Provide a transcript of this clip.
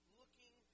looking